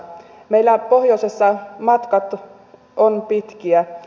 meillä pohjoisessa matkat ovat pitkiä